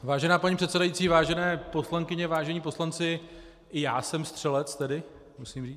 Vážená paní předsedající, vážené poslankyně, vážení poslanci, i já jsem střelec, musím říct.